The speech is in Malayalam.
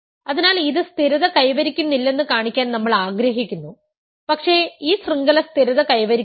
അതിനാൽ ഇത് സ്ഥിരത കൈവരിക്കുന്നില്ലെന്ന് കാണിക്കാൻ നമ്മൾ ആഗ്രഹിക്കുന്നു പക്ഷേ ഈ ശൃംഖല സ്ഥിരത കൈവരിക്കുന്നില്ല